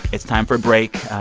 it's time for a break.